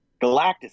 Galactus